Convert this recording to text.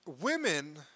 Women